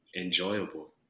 enjoyable